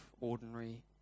ordinary